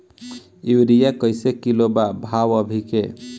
Urea कइसे kilo बा भाव अभी के?